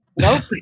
Nope